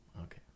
Okay